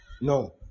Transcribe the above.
no